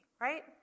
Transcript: right